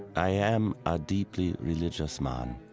i am a deeply religious man.